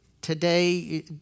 today